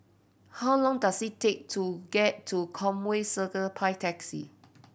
how long does it take to get to Conway Circle by taxi